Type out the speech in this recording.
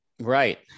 Right